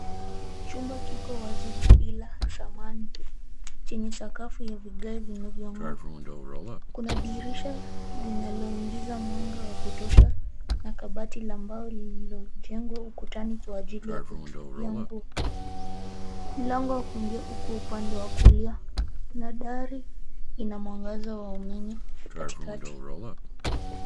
Chumba kiko wazi bila samani chenye sakafu ya vigae vinavyo ng'aa. Kuna dirisha linaloingiza mwanga wa kutosha na kabati la mbao lililojengwa ukutani kwa ajili ya kuhifadhiya nguo. Mlango wa kuingia uko upande wa kulia na dari ina mwangaza wa umeme katikati.